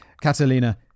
catalina